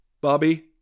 Bobby